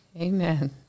Amen